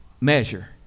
measure